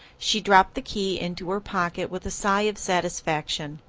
she dropped the key into her pocket with a sigh of satisfaction.